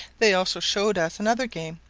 they also showed us another game,